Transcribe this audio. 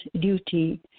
duty